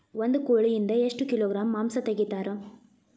ಒಂದು ಕೋಳಿಯಿಂದ ಎಷ್ಟು ಕಿಲೋಗ್ರಾಂ ಮಾಂಸ ತೆಗಿತಾರ?